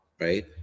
right